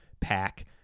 pack